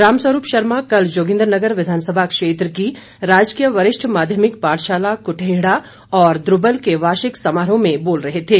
रामस्वरूप शर्मा कल जोगिन्द्रनगर विधानसभा क्षेत्र की राजकीय वरिष्ठ माध्यमिक पाठशाला कुठेहड़ा और द्रब्बल के वार्षिक पारितोषिक वितरण समारोह पर बोल रहे थे